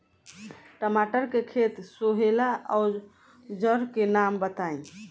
टमाटर के खेत सोहेला औजर के नाम बताई?